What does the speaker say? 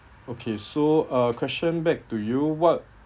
okay so uh question back to you what